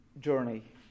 journey